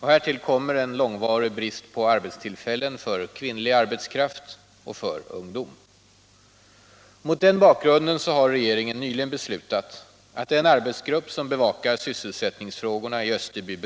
Härtill kommer en långvarig brist på arbetstillfällen för kvinnlig arbetskraft och för ungdom.